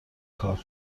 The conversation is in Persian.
کار